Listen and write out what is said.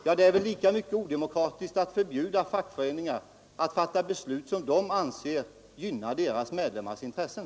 Ja, då är det väl i lika hög grad odemokratiskt att förbjuda fackföreningar att fatta beslut som de anser gynna sina medlemmars intressen.